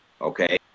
Okay